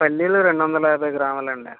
పల్లీలు రెండు వందల యాభై గ్రాములండి